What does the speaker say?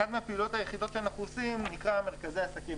אחת הפעילויות היחידות שאנחנו עושים נקראת מרכזי עסקים.